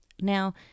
Now